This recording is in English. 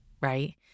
right